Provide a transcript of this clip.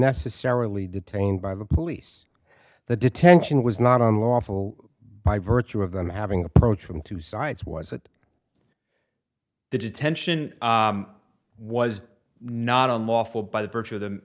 necessarily detained by the police the detention was not unlawful by virtue of them having approach from two sides was it the detention was not unlawful by the virtue of them